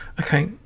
Okay